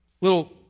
little